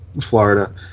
Florida